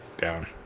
down